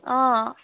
অঁ